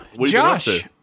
josh